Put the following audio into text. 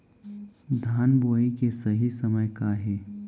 धान बोआई के सही समय का हे?